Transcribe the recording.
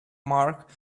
mark